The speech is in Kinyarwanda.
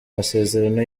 masezerano